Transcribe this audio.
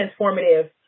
transformative